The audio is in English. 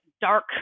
dark